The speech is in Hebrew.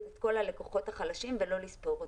את כל הלקוחות החלשים ולא לספור אותם,